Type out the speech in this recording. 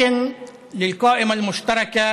חוק הלאום היה אחד החוקים האלה,